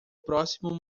próximo